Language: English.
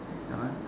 that one